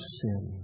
sin